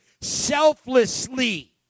selflessly